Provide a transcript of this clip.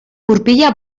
gurpila